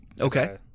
Okay